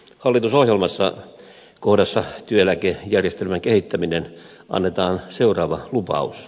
hallitusohjelmassa kohdassa työeläkejärjestelmän kehittäminen annetaan seuraava lupaus